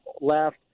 left